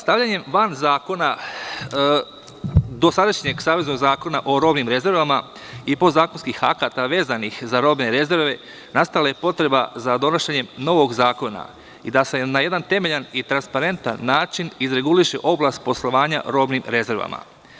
Stavljanjem van zakona dosadašnjeg saveznog Zakona o robnim rezervama i podzakonskih akata vezanih za robne rezerve, nastala je potreba za donošenjem novog zakona i da se na jedan temeljan i transparentan način izreguliše oblast poslovanja robnim rezervama.